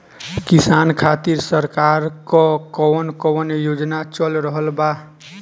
किसान खातिर सरकार क कवन कवन योजना चल रहल बा?